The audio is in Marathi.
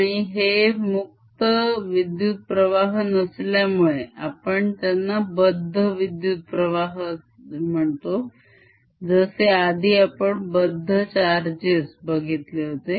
आणि हे मुक्त विद्युत्प्रवाह नसल्यामुळे आपण त्यांना बद्ध विद्युत्प्रवाह म्हणतो जसे आधी आपण बद्ध charges बघितले होते